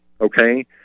okay